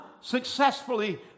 successfully